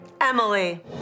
Emily